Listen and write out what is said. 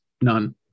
none